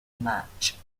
match